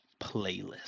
playlist